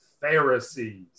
Pharisees